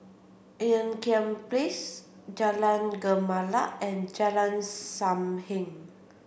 Ean Kiam Place Jalan Gemala and Jalan Sam Heng